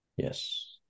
Yes